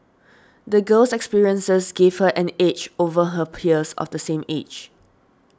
the girl's experiences gave her an edge over her peers of the same age